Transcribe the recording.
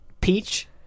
Peach